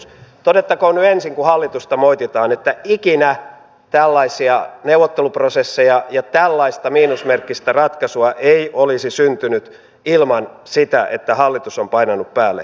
todettakoon nyt ensin kun hallitusta moititaan että ikinä tällaisia neuvotteluprosesseja ja tällaista miinusmerkkistä ratkaisua ei olisi syntynyt ilman sitä että hallitus on painanut päälle